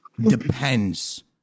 depends